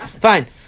fine